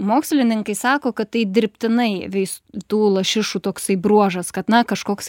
mokslininkai sako kad tai dirbtinai veistų lašišų toksai bruožas kad na kažkoks